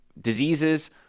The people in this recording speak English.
diseases